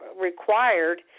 required